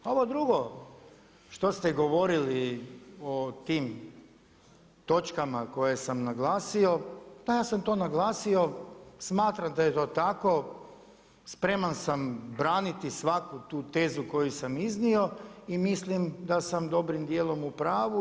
A ovo drugo, što ste govorili o tim točkama koje sam naglasio, pa ja sam to naglasio, smatram da je to tako, spreman sam braniti svaku tu tezu koju sam iznio i mislim da sam dobrim dijelom u pravu.